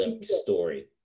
story